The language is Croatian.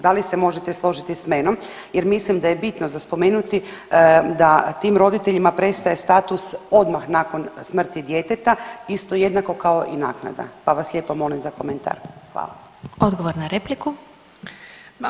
Da li se možete složiti s menom jer mislim da je bitno za spomenuti da tim roditeljima prestaje status odmah nakon smrti djeteta isto jednako kao i naknada, pa vas lijepo molim za komentar, hvala.